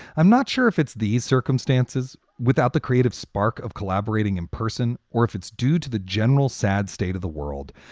i'm not sure if it's these circumstances without the creative spark of collaborating in person or if it's due to the general sad state of the world.